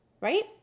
right